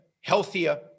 healthier